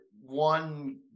one